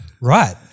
Right